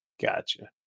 Gotcha